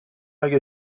اگه